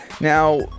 Now